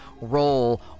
roll